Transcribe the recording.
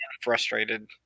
frustrated